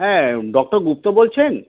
হ্যাঁ ডক্টর গুপ্ত বলছেন